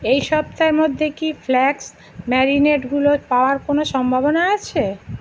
এই সপ্তাহের মধ্যে কি ফ্লাক্স ম্যারিনেডগুলো পাওয়ার কোনও সম্ভাবনা আছে